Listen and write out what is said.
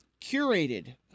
curated